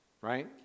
right